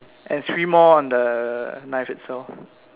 and three more on the knife itself